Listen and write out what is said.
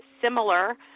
similar